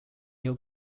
new